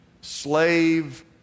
slave